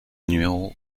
numéro